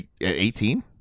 eighteen